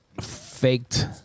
faked